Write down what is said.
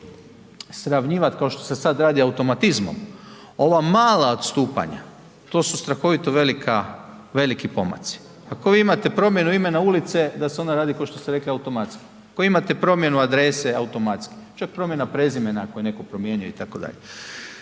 sravnjivat kao što se sad radi automatizmom ova mala odstupanja to su strahovito velika, veliki pomaci. Ako vi imate promjenu imena ulice, da se ona radi kao što ste rekli automatski, ako imate promjenu adrese automatski čak promjena prezimena, ako je netko promijenio itd.